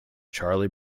charlie